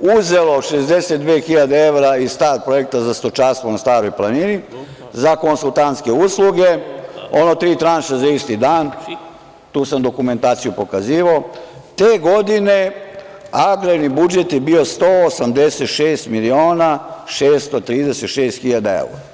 uzelo 62.000 evra iz star projekta za stočarstvo na Staroj planini za konsultantske usluge, ono tri tranše za isti dan, tu sam dokumentaciju pokazivao, te godine agrarni budžet je bio 186.636.000 evra.